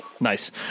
Nice